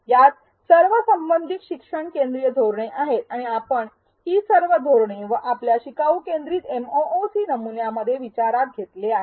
यात सर्व संबंधित शिक्षण केंद्रीय धोरणे आहेत आणि आपण ही सर्व धोरणे व आपल्या शिकाऊ केंद्रित एमओओसी नमुन्यामध्ये विचारात घेतले आहेत